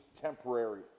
temporary